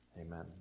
Amen